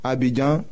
Abidjan